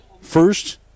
first